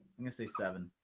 i'm gonna say seven